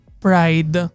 pride